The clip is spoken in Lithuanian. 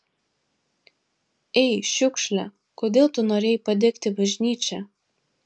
ei šiukšle kodėl tu norėjai padegti bažnyčią